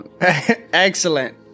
Excellent